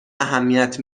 اهمیت